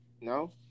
no